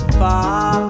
far